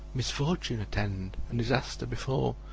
misfortune attend and disaster befall!